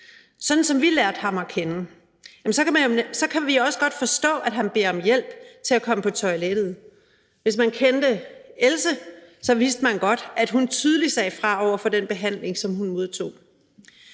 sådan som vi lærte Niels at kende, kan vi også godt forstå, at han beder om hjælp til at komme på toilettet. Hvis man kendte Else, vidste man godt, at hun tydeligt sagde fra over for den behandling, som hun modtog.